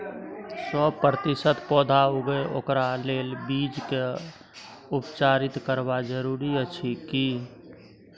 सौ प्रतिसत पौधा उगे ओकरा लेल बीज के उपचारित करबा जरूरी अछि की?